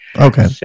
Okay